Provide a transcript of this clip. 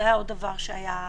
זה היה עוד דבר שהיה בוויכוח.